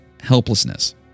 helplessness